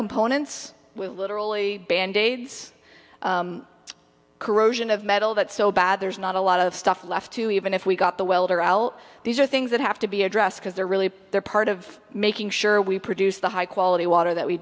components literally band aids corrosion of metal that so bad there's not a lot of stuff left to even if we got the welder al these are things that have to be addressed because they're really they're part of making sure we produce the high quality water that we